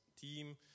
team